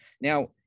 Now